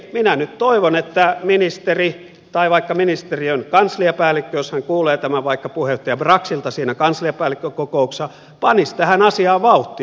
minä nyt toivon että ministeri tai vaikka ministeriön kansliapäällikkö jos hän kuulee tämän vaikka puheenjohtaja braxilta siinä kansliapäällikkökokouksessa panisi tähän asiaan vauhtia